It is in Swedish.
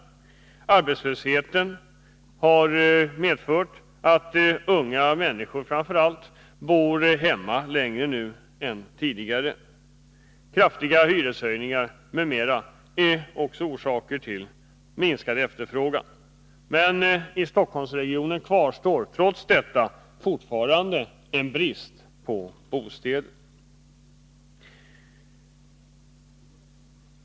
Arbetslösheten har medfört att framför allt unga människor bor hemma längre nu än tidigare. Kraftiga hyreshöjningar m.m. är också orsaker till minskad efterfrågan. I Stockholmsregionen kvarstår trots detta fortfarande en brist på bostäder.